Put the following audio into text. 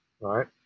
right